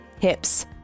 hips